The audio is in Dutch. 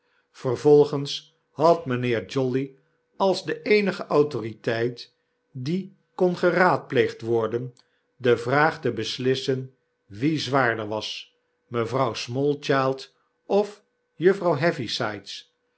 vervolgens had mynheer jolly als de eenige autoriteit die kon geraadpleegd worden de vraag te beslissen wie zwaarder was mevrouw smallchild of